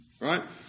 right